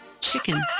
chicken